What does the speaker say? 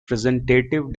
representative